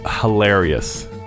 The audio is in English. hilarious